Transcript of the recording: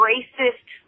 racist